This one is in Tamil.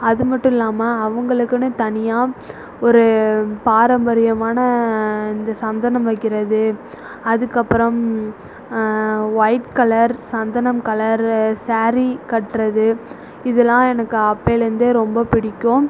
அது மட்டும் இல்லாமல் அவங்களுக்குனு தனியாக ஒரு பாரம்பரியமான இந்த சந்தனம் வைக்கிறது அதுக்கப்புறம் ஒயிட் கலர் சந்தனம் கலர் ஸாரீ கட்டுறது இதெலாம் எனக்கு அப்பயிலேந்தே ரொம்ப பிடிக்கும்